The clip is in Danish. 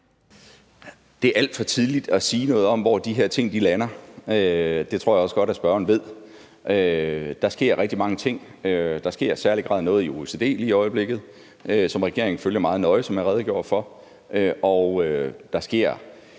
Det er alt for tidligt at sige noget om, hvor de her ting lander. Det tror jeg også godt spørgeren ved. Der sker rigtig mange ting. Der sker i særlig grad noget i OECD i øjeblikket, som regeringen følger meget nøje, som jeg redegjorde for. Der sker